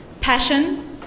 passion